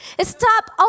Stop